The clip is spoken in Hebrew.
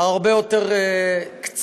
הרבה יותר קצרה.